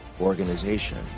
organization